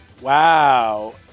Wow